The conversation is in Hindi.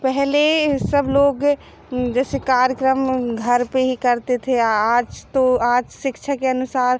पहले सब लोग जैसे कार्यक्राम घर पर ही करते थे आज तो आज शिक्षा के अनुसार